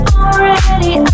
already